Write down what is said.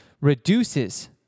reduces